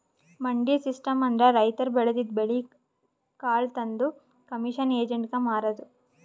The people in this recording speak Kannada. ಮಂಡಿ ಸಿಸ್ಟಮ್ ಅಂದ್ರ ರೈತರ್ ಬೆಳದಿದ್ದ್ ಬೆಳಿ ಕಾಳ್ ತಂದ್ ಕಮಿಷನ್ ಏಜೆಂಟ್ಗಾ ಮಾರದು